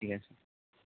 ঠিক আছে